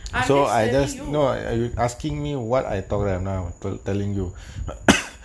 I just telling you